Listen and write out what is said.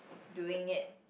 doing it